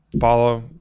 Follow